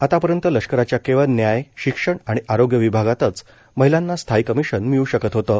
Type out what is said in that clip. आतापर्यंत लष्कराच्या केवळ न्याय शिक्षण आणि आरोग्य विभागातच महिलांना स्थायी कमिशन मिळू शकत होतं